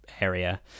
area